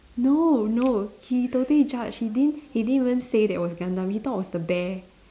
no no he totally judged he didn't he didn't even say that was Gundam he thought was the bear